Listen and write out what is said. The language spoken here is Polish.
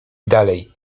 dalej